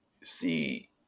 see